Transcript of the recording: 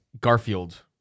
Garfield